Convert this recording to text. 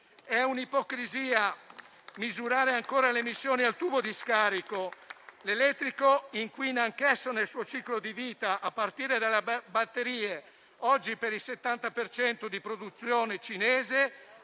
È un'ipocrisia misurare ancora le emissioni al tubo di scarico; l'elettrico inquina anch'esso nel suo ciclo di vita a partire dalle batterie, oggi per il 70 per cento di produzione cinese